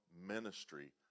ministry